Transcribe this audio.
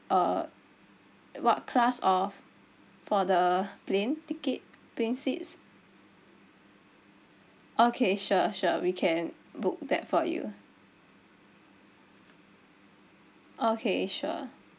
uh what class of for the plane ticket plane seats okay sure sure we can book that for you okay sure